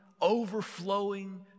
overflowing